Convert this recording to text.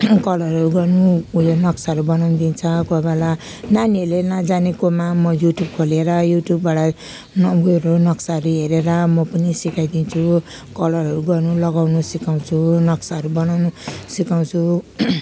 कलरहरू गर्नु उयो नक्साहरू बनाउनु दिन्छ कोही बेला नानीहरूले नजानेकोमा म यु ट्युब खोलेर युट्युबबाट न उयोहरू नक्साहरू हेरेर म पनि सिकाइदिन्छु कलरहरू गर्नु लगाउनु सिकाउँछु नक्साहरू बनाउनु सिकाउँछु